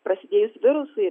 prasidėjus virusui